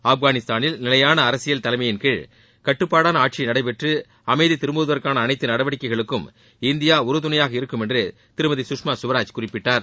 ஆஃப்கானிஸ்தானில் நிலையான அரசியல் தலைமையின்கீழ் கட்டுப்பாடான ஆட்சி நனடபெற்று அமைதி திரும்புவதற்கான அனைத்து நடவடிக்கைகளுக்கும் இந்தியா உறுதுணையாக இருக்கும் என்று திருமதி சுஷ்மா ஸ்வராஜ் குறிப்பிட்டார்